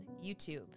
YouTube